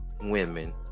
women